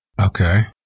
Okay